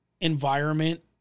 environment